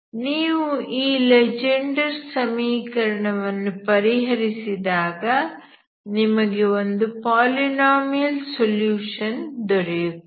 ನೀವು ಆ ಲೆಜೆಂಡರ್ ಸಮೀಕರಣವನ್ನು ಪರಿಹರಿಸಿದಾಗ ನಿಮಗೆ ಒಂದು ಪಾಲಿನೋಮಿಯಲ್ ಸೊಲ್ಯೂಷನ್ ದೊರೆಯುತ್ತದೆ